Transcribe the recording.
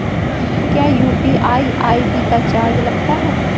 क्या UPI ID का charge लगता है?